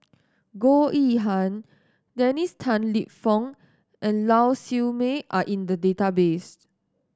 Goh Yihan Dennis Tan Lip Fong and Lau Siew Mei are in the database